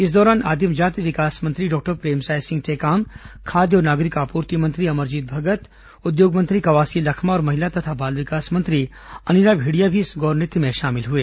इस दौरान आदिम जाति विकास मंत्री डॉक्टर प्रेमसाय सिंह टेकाम खाद्य और नागरिक आपूर्ति मंत्री अमरजीत भगत उद्योग मंत्री कवासी लखमा और महिला तथा बाल विकास मंत्री अनिला भेंडिया भी इस गौर नृत्य में शामिल हुए